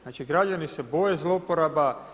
Znači građani se boje zlouporaba.